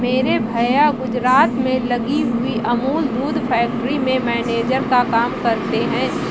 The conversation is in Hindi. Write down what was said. मेरे भैया गुजरात में लगी हुई अमूल दूध फैक्ट्री में मैनेजर का काम करते हैं